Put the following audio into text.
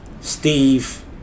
Steve